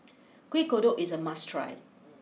Kueh Kodok is a must try